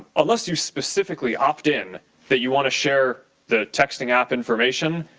unless you specifically opt in that you want to share the texting app information,